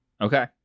Okay